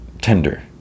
tender